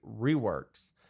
reworks